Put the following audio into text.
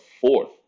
fourth